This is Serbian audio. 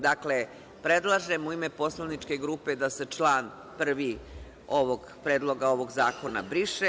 Dakle, predlažem u ime poslaničke grupe da se član 1. ovog Predloga zakona briše.